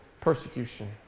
persecution